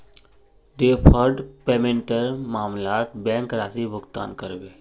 deferred पेमेंटेर मामलत bank राशि भुगतान करबे